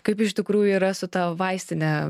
kaip iš tikrųjų yra su ta vaistine